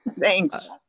Thanks